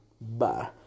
Bye